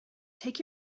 take